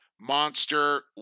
monster